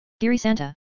Girisanta